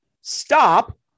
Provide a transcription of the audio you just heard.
stop